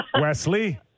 Wesley